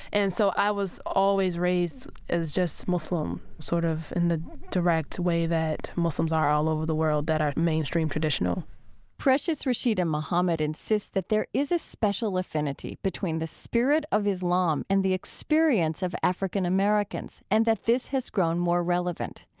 and so i was always raised as just muslim, sort of, in the direct way that muslims are all over the world that are mainstream traditional precious rasheeda muhammad insists that there is a special affinity between the spirit of islam and the experience of african-americans and that this has grown more relevant.